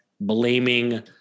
blaming